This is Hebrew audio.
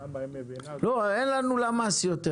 אין לנו למ"ס יותר,